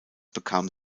bekam